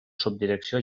subdirecció